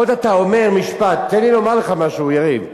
עוד אתה אומר משפט, תן לי לומר לך משהו, יריב.